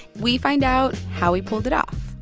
we find out how he pulled it off.